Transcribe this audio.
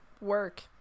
work